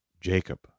Jacob